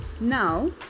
Now